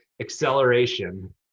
acceleration